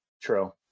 True